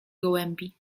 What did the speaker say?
gołębi